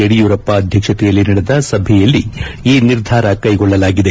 ಯಡಿಯೂರಪ್ಪ ಅಧ್ಯಕ್ಷತೆಯಲ್ಲಿ ನಡೆದ ಸಭೆಯಲ್ಲಿ ಈ ನಿರ್ಧಾರ ಕೈಗೊಳ್ಳಲಾಗಿದೆ